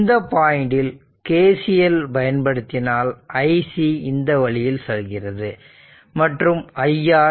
இந்த பாயிண்டில் K C L பயன்படுத்தினால் iC இந்த வழியில் செல்கிறது மற்றும் iR